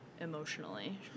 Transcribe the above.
emotionally